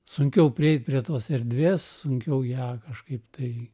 sunkiau prieit prie tos erdvės sunkiau ją kažkaip tai